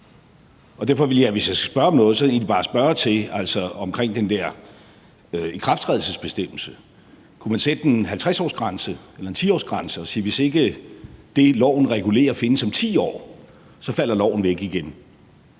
hvis jeg skal spørge om noget, egentlig bare spørge til den der ikrafttrædelsesbestemmelse. Kunne man sætte en 50-årsgrænse eller en 10-årsgrænse og sige, at hvis ikke det, loven regulerer, findes om 10 år, så falder loven væk igen?